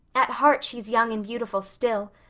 at heart she's young and beautiful still.